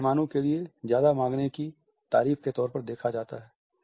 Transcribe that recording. इसे मेहमानों के लिए ज्यादा मांगने की तारीफ के तौर पर देखा जाता है